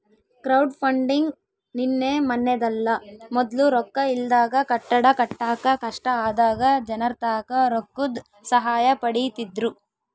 crowdfunding ನಿನ್ನೆ ಮನ್ನೆದಲ್ಲ, ಮೊದ್ಲು ರೊಕ್ಕ ಇಲ್ದಾಗ ಕಟ್ಟಡ ಕಟ್ಟಾಕ ಕಷ್ಟ ಆದಾಗ ಜನರ್ತಾಕ ರೊಕ್ಕುದ್ ಸಹಾಯ ಪಡೀತಿದ್ರು